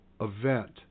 event